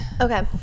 Okay